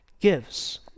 gives